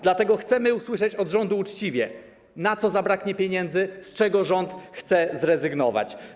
Dlatego chcemy usłyszeć od rządu uczciwie, na co zabraknie pieniędzy, z czego rząd chce zrezygnować.